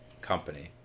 company